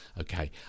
okay